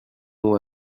non